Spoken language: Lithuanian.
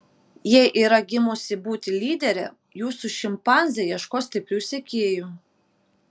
jei yra gimusi būti lydere jūsų šimpanzė ieškos stiprių sekėjų